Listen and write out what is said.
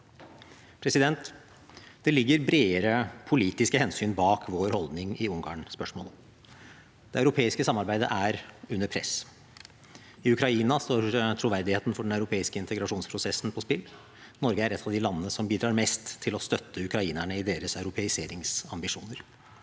aktivitet. Det ligger bredere politiske hensyn bak vår holdning i Ungarn-spørsmålet. Det europeiske samarbeidet er under press. I Ukraina står troverdigheten for den europeiske integrasjonsprosessen på spill. Norge er et av de landene som bidrar mest til å støtte ukrainerne i deres europeiseringsambisjoner.